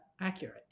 accurate